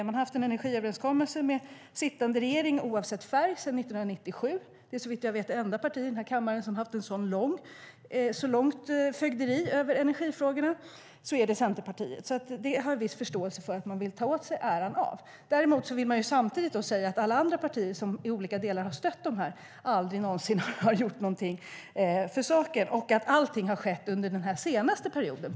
Man har haft en energiöverenskommelse med sittande regering, oavsett färg, sedan 1997. Såvitt jag vet är Centerpartiet det enda parti i kammaren som haft ett så långt fögderi över energifrågorna. Jag har därför viss förståelse för att man vill ta åt sig äran av det. Samtidigt vill man föra fram att inget annat parti, trots att de i olika delar stött dessa frågor, någonsin gjort något för saken, utan allt har skett under den senaste perioden.